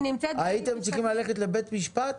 הייתם צריכים ללכת לבית המשפט?